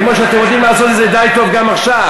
כמו שאתם יודעים לעשות את זה די טוב גם עכשיו.